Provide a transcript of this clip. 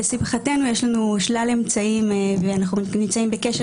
לשמחתנו יש לנו שלל אמצעים ואנחנו נמצאים בקשר